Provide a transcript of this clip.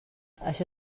això